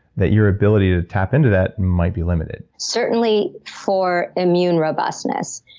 that your ability to tap into that might be limited. certainly for immune robustness.